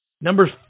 Number